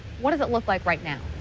what does it look like right now?